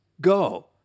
Go